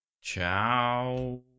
Ciao